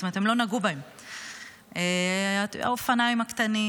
זאת אומרת הם לא נגעו בהם, האופניים הקטנים